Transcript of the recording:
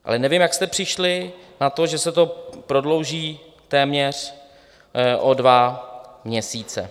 Ale nevím, jak jste přišli na to, že se to prodlouží téměř o dva měsíce.